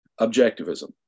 Objectivism